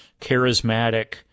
charismatic